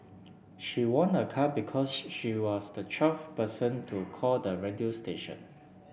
she won a car because she was the twelfth person to call the radio station